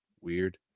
Weird